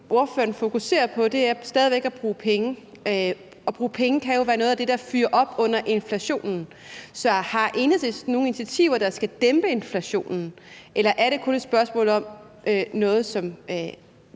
ordføreren fokuserer på, er stadig væk at bruge penge, og det at bruge penge kan jo være noget af det, der fyrer op under inflationen. Så har Enhedslisten nogen initiativer, der skal dæmpe inflationen, eller er det kun et spørgsmål om at